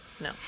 No